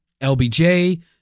LBJ